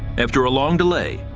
after a long delay,